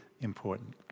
important